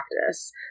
practice